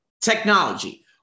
technology